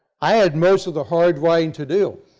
i had most of the hard riding to do.